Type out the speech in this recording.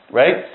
right